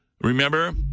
Remember